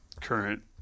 current